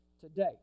today